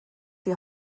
die